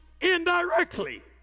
indirectly